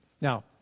Now